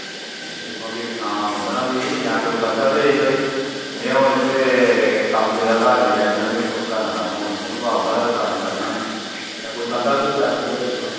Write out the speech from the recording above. नेई दिक्खो हां फी सनाना पौंदा ना फी जां कोई बंदा भेज पाई में हुन इत्थै कम्म पेदा घर मेरे करना ते कुस करना कम्म हुन दिक्ख हां तूं आंदा हा ते कम्म करना नेई जां कोई बंदा भेज अपनी जगह दूआ